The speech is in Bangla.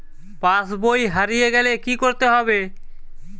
পাশবই হারিয়ে গেলে কি করতে হবে?